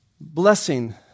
Blessing